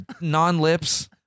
non-lips